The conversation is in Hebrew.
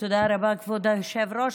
כבוד היושב-ראש.